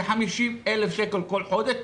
כ-50,000 אנשים בכל חודש.